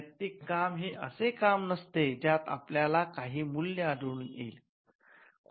साहित्यिक काम हे असे काम नसते ज्यात आपल्याला काही मूल्य आढळून येईल